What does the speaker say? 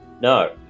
no